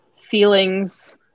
feelings